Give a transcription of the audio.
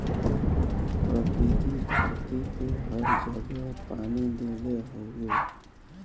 प्रकृति धरती पे हर जगह पानी देले हउवे